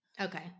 okay